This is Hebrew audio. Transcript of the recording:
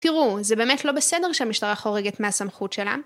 תראו, זה באמת לא בסדר שהמשטרה חורגת מהסמכות שלה.